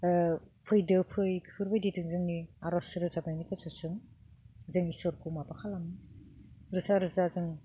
फैदो फै बेफोरबायदिजों जोंनि आर'ज रोजाबनायनि गेजेरजों जों इसोरखौ माबा खालामो रोजा रोजा जों